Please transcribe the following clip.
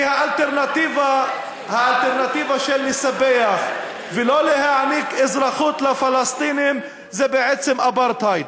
כי האלטרנטיבה של לספח ולא להעניק אזרחות לפלסטינים זה בעצם אפרטהייד.